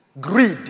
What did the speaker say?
Greed